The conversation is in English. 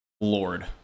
lord